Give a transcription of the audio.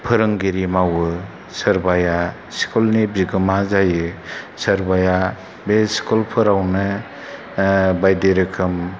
फोरोंगिरि मावो सोरबाया स्कुलनि बिगोमा जायो सोरबाया बे स्कुल फोरावनो बायदि रोखोम